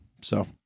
So-